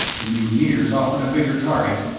the mutineers offered a bigger target,